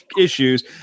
issues